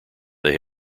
they